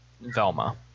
velma